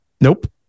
Nope